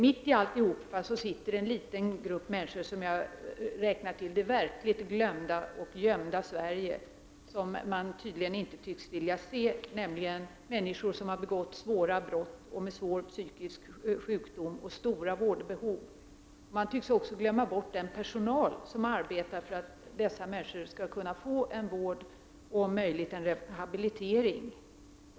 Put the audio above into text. Mitt i alltihop sitter en liten grupp människor som jag räknar till det verkligt glömda och gömda Sverige som man tydligen inte tycks vilja se, nämligen människor med svår psykisk sjukdom som har begått allvarliga brott och som har stora vårdbehov. Man tycks också glömma bort den personal som arbetar för att ge dessa människor vård och en möjlighet till rehabilitering.